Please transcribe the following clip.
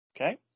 okay